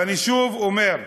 ואני שוב אומר,